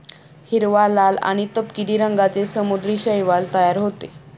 हिरवा, लाल आणि तपकिरी रंगांचे समुद्री शैवाल तयार होतं